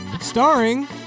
Starring